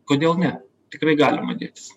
kodėl ne tikrai galima dėtis